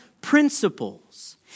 principles